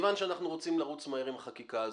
שאנחנו רוצים לרוץ מהר עם החקיקה הזו,